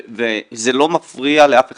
וזה לא מפריע לאף אחד,